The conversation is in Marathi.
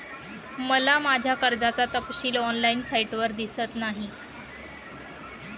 मला माझ्या कर्जाचा तपशील ऑनलाइन साइटवर दिसत नाही